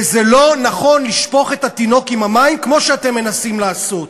וזה לא נכון לשפוך את התינוק עם המים כמו שאתם מנסים לעשות.